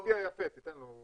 רגע, הוא מצביע יפה, תן לו.